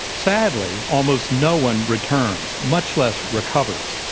sadly almost no one returns, much less recovers,